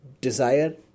desire